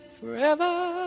forever